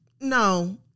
no